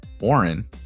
Warren